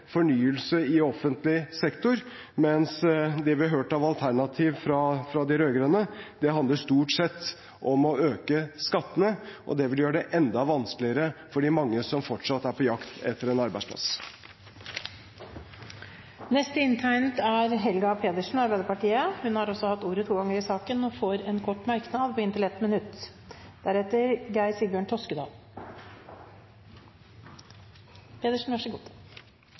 fornyelse i offentlig sektor, mens det vi har hørt av alternativ fra de rød-grønne, stort sett handler om å øke skattene, og det vil gjøre det enda vanskeligere for de mange som fortsatt er på jakt etter en arbeidsplass. Representanten Helga Pedersen har hatt ordet to ganger tidligere og får ordet til en kort merknad, begrenset til 1 minutt.